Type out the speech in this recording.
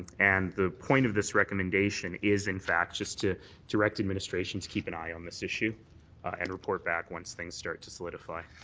and the point of this recommendation is in fact to direct administration to keep an eye on this issue and report back once things start to solidify.